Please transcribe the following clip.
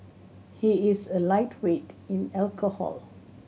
he is a lightweight in alcohol